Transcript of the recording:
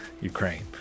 Ukraine